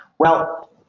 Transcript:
well,